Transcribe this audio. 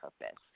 purpose